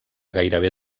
gairebé